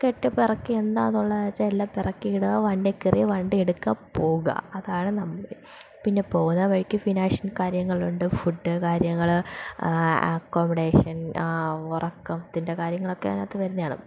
കെട്ടിപ്പെറുക്കി എന്താണ് ഉള്ളത് എന്ന് വെച്ചാൽ എല്ലാം പെറുക്കി ഇടുക വണ്ടിയിൽ കയറി വണ്ടി എടുക്കുക പോവുക അതാണ് നമ്മൾ പിന്നെ പോകുന്ന വഴിക്ക് ഫിനാഷ്യൽ കാര്യങ്ങളുണ്ട് ഫുഡ് കാര്യങ്ങൾ അക്കോമഡേഷൻ ഉറക്കത്തിൻ്റെ കാര്യങ്ങളൊക്കെ അതിനകത്ത് വരുന്നതാണ്